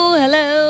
hello